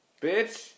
bitch